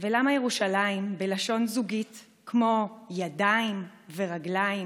// ולמה ירושלים בלשון זוגית כמו ידיים ורגליים,